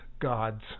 God's